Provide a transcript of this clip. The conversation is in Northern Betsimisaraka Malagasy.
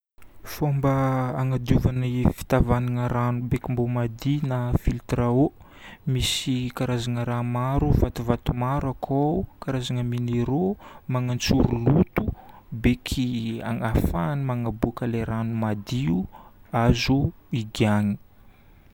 Fomba agnadiovana fitavagnana rano biko mba madio na filtre à eau: misy karazagna raha maro, vatovato maro akao, karazagna minérau manantsoro loto beky ahafahany magnaboaka ilay rano madio azo igiagna.